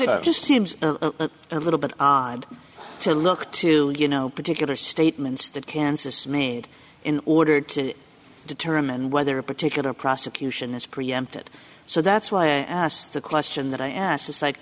it just seems a little bit odd to look to you know particular statements that kansas made in order to determine whether a particular prosecution is preempted so that's why i asked the question that i asked